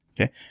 Okay